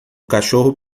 cachorro